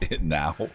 Now